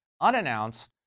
unannounced